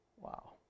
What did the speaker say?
Wow